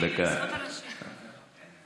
בזכות נשים צדקניות.